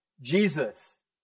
Jesus